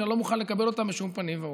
שאני לא מוכן לקבל אותם בשום פנים ואופן.